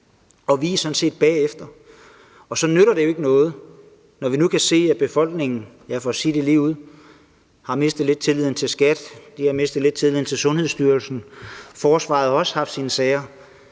Vi er sådan set bagefter, og så nytter det jo ikke noget. Vi kan nu se, at befolkningen – for at sige det ligeud – lidt har mistet tilliden til skattevæsenet og lidt har mistet tilliden til Sundhedsstyrelsen, og forsvaret har også haft sine sager.